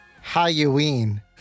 Halloween